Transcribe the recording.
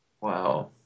Wow